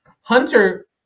Hunter